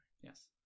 yes